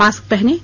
mask पहनें